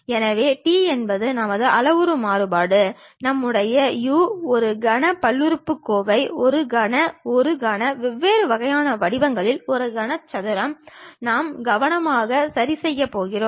எனவே t என்பது நமது அளவுரு மாறுபாடு நம்முடைய u ஒரு கன பல்லுறுப்புக்கோவை ஒரு கன ஒரு கன வெவ்வேறு வகையான வடிவங்களில் ஒரு கனசதுரம் நாம் கவனமாக சரிசெய்யப் போகிறோம்